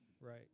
Right